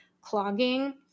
clogging